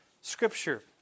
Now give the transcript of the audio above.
scripture